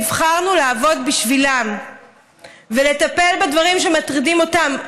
נבחרנו לעבוד בשבילם ולטפל בדברים שמטרידים אותם.